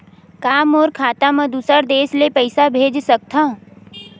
का मोर खाता म दूसरा देश ले पईसा भेज सकथव?